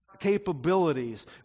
capabilities